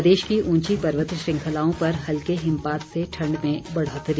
प्रदेश की ऊंची पर्वत श्रृंखलाओं पर हल्के हिमपात से ठण्ड में बढ़ोतरी